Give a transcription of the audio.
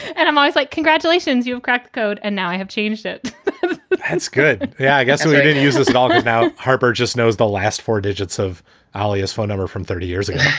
and i'm always like, congratulations, you have cracked code and now i have changed it that's good. yeah, i guess we didn't use this at all. now, harper just knows the last four digits of ah alias phone number from thirty years ago